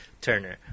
turner